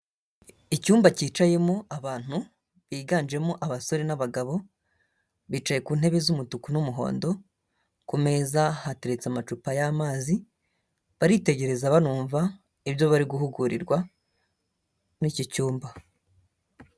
Icyumba cyicayemo abantu biganjemo abasore n'abagabo, bicaye ku ntebe z'umutuku n'umuhondo, ku meza hateretse amacupa y'amazi, baritegereza banumva, ibyo bari guhugurirwa muri icyo cyumba.